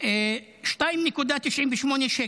2.98 שקל,